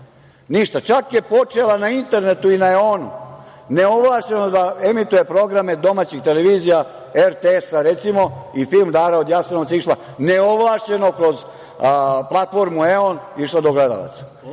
ništa, čak je počela na internetu i na EON-u neovlašćeno da emituje programe domaćih televizija RTS, recimo i film "Dara iz Jasenovca" išla je neovlašćeno kroz platformu EON, išla do gledalaca.